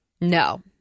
No